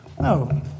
No